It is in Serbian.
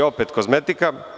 Opet kozmetika.